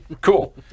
Cool